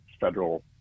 federal